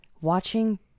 watching